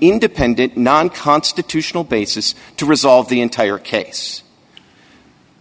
independent non constitutional basis to resolve the entire case